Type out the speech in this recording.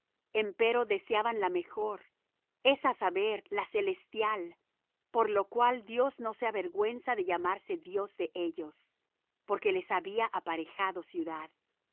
volverse empero deseaban la mejor es á saber la celestial por lo cual dios no se avergüenza de llamarse dios de ellos porque les había aparejado ciudad